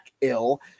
Ill